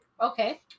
Okay